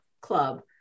club